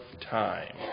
time